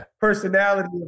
personality